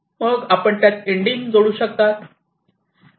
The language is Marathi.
मग आपण त्यात इंडिम जोडू शकता